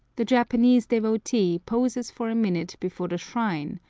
the japanese devotee poses for a minute before the shrine,